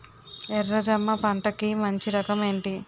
ఎర్ర జమ పంట కి మంచి రకం ఏంటి?